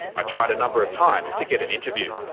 i tried a number of times to get an interview.